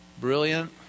brilliant